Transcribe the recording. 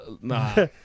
Nah